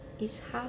is half